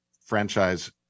franchise